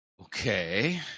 Okay